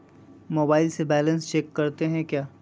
Mobile से balance check करते हैं क्या?